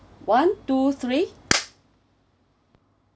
one two three